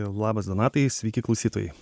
labas donatai sveiki klausytojai